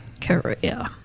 Career